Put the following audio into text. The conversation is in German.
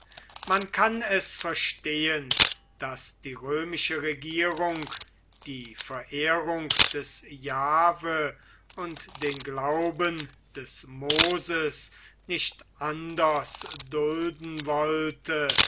man kann es verstehen daß die römische regierung die verehrung des jahve und den glauben des moses nicht anders dulden wollte